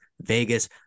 Vegas